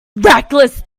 reckless